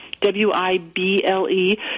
W-I-B-L-E